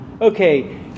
Okay